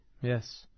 Yes